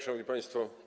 Szanowni Państwo!